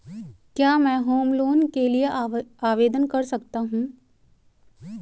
क्या मैं home loan के लिए आवेदन कर सकता हूं?